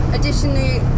Additionally